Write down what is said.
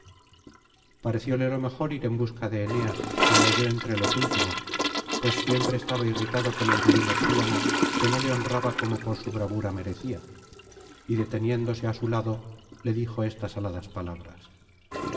parecióle lo mejor ir en busca de eneas y le halló entre los últimos pues siempre estaba irritado con el divino príamo que no le honraba como por su bravura merecía y deteniéndose á su lado le dijo estas aladas palabras